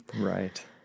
Right